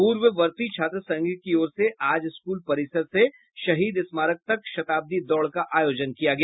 पूर्ववर्ती छात्र संघ की ओर से आज स्कूल परिसर से शहीद स्मारक तक शताब्दी दौड़ का आयोजन किया गया